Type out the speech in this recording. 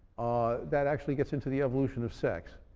that actually gets into the evolution of sex.